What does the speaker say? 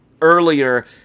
earlier